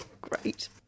Great